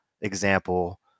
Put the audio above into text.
example